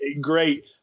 great